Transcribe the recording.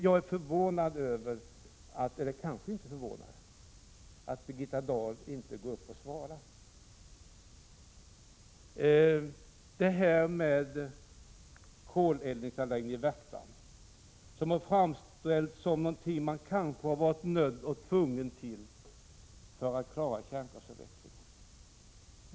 Jag är inte förvånad över att Birgitta Dahl inte går upp och svarar. Koleldningsanläggningen i Värtan har framställts som någonting som man kanske har varit nödd och tvungen till för att klara kärnkraftsavvecklingen.